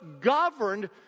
governed